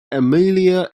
amelia